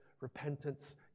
repentance